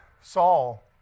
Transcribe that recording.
Saul